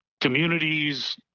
communities